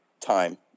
time